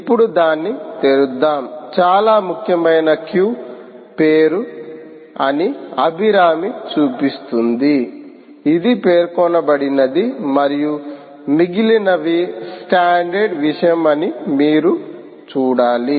ఇప్పుడు దాన్ని తెరుద్దాం చాలా ముఖ్యమైన క్యూ పేరు అని అభిరామి చూపిస్తుంది ఇది పేర్కొనబడినది మరియు మిగిలినవి స్టాండర్డ్ విషయం అని మీరు చూడాలి